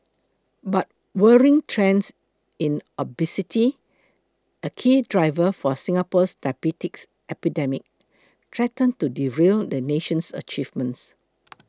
but worrying trends in obesity a key driver for Singapore's diabetes epidemic threaten to derail the nation's achievements